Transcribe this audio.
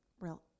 real